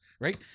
right